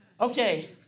Okay